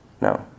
No